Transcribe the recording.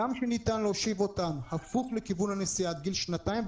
גם שניתן להושיב אותם הפוך לכיוון הנסיעה עד גיל שנתיים,